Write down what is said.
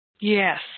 Yes